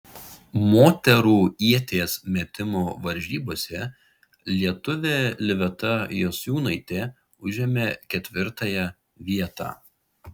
moterų ieties metimo varžybose lietuvė liveta jasiūnaitė užėmė ketvirtąją vietą